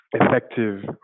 effective